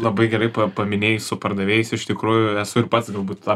labai gerai paminėjai su pardavėjais iš tikrųjų esu ir pats galbūt tą